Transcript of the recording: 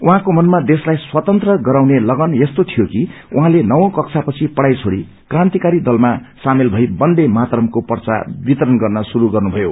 उहाँको मनामा देशलाई स्वतन्त्र गराउने लगन यस्तो थियो कि उहाँले नवौं कक्षापछि पढ़ाई छोड़ी क्रान्तिकारी दलमा सामेल भई बन्दे मातरमको पर्चा वितरण गर्न श्रुस गर्नुभयो